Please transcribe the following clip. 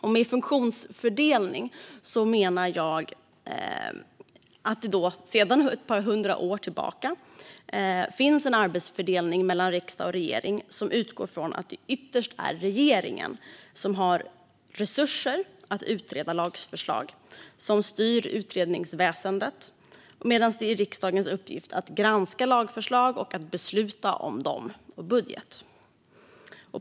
Med funktionsfördelning menas att det sedan ett par hundra år tillbaka finns en arbetsfördelning mellan riksdag och regering som utgår från att det ytterst är regeringen som har resurser att utreda lagförslag och som styr utredningsväsendet medan det är riksdagens uppgift att granska lagförslag och besluta om dem och budget.